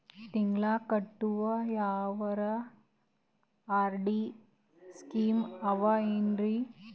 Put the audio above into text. ತಿಂಗಳ ಕಟ್ಟವು ಯಾವರ ಆರ್.ಡಿ ಸ್ಕೀಮ ಆವ ಏನ್ರಿ?